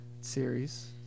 series